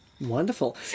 Wonderful